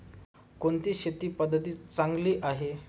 कोणती शेती पद्धती चांगली आहे?